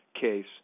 case